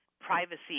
privacy